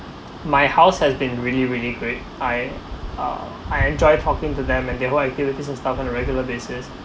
my house has been really really great I uh I enjoy talking to them and they hold activities and stuff on a regular basis